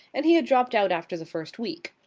and he had dropped out after the first week.